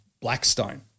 Blackstone